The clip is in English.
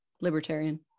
libertarian